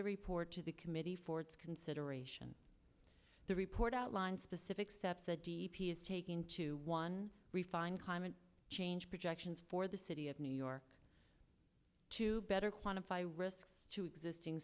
the report to the committee for its consideration the report outlines specific steps the d p is taking to one refine climate change projections for the city of new york to better quantify risks to existing